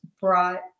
brought